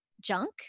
junk